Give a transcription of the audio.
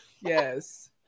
Yes